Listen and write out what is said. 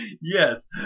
Yes